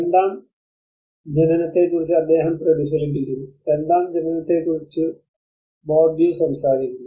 രണ്ടാം ജനനത്തെക്കുറിച്ച് അദ്ദേഹം പ്രതിഫലിപ്പിക്കുന്നു രണ്ടാം ജനനത്തെക്കുറിച്ച് ബോർഡ്യൂ സംസാരിക്കുന്നു